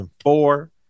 four